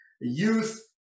youth